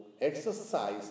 exercise